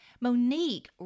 Monique